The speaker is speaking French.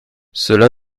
cela